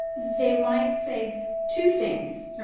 they might say two things,